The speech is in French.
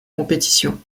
compétition